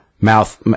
Mouth